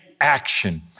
action